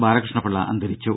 ബാലകൃഷ്ണ പിള്ള അന്തരിച്ചു